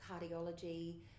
cardiology